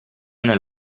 nel